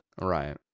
right